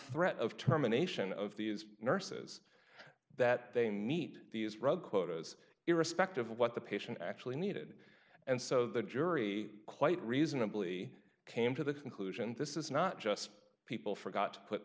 threat of terminations of these nurses that they meet these drug quotas irrespective of what the patient actually needed and so the jury quite reasonably came to the conclusion this is not just people forgot to put